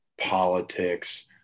politics